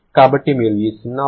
కాబట్టి మీరు ఈ 0